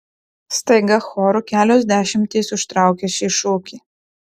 staiga choru kelios dešimtys užtraukia šį šūkį